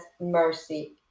mercy